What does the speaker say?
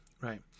Right